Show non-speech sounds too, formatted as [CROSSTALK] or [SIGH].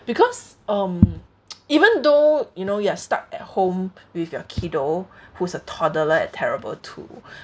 because um [NOISE] even though you know you are stuck at home with your kiddo who's a toddler at terrible too